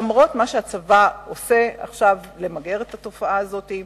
למרות מה שהצבא עושה עכשיו כדי למגר את התופעה הזאת?